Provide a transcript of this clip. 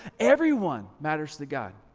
everyone matters to god.